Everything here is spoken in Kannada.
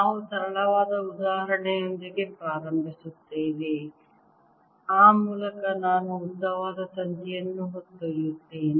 ನಾವು ಸರಳವಾದ ಉದಾಹರಣೆಯೊಂದಿಗೆ ಪ್ರಾರಂಭಿಸುತ್ತೇವೆ ಆ ಮೂಲಕ ನಾನು ಉದ್ದವಾದ ತಂತಿಯನ್ನು ಹೊತ್ತೊಯ್ಯುತ್ತೇನೆ